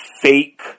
fake